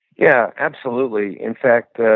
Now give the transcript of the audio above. yeah, absolutely. in fact,